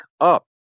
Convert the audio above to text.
up